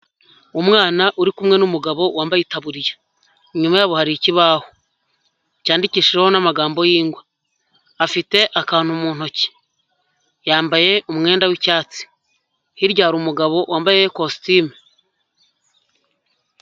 Umwana uri kumwe n'umugabo, wambaye itaburiya. Inyuma yabo hari ikibaho. Cyandikishiho n'amagambo y'ingwa, afite akantu mu ntoki. Yambaye umwenda w'icyatsi. Hirya hari umugabo wambaye kositimu.